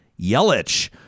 Yelich